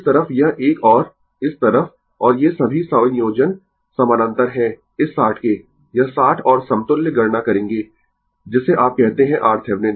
तो इस तरफ यह एक और इस तरफ और ये सभी संयोजन समानांतर है इस 60 के यह 60 और समतुल्य गणना करेंगें जिसे आप कहते है RThevenin